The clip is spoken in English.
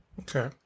Okay